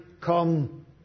come